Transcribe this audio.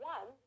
One